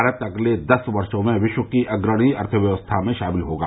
भारत अगले दस वर्षो में विश्व की अग्रणी अर्थव्यवस्थाओं में शामिल होगा